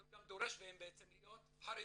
אבל הוא גם דורש מהם בעצם להיות חרדים.